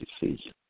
decision